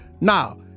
Now